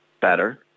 better